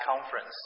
conference